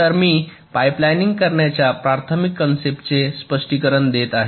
तर मी पाइपलाइनिंग करण्याच्या प्राथमिक कन्सेप्टचे स्पष्टीकरण देत आहे